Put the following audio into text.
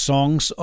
Songs